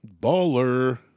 Baller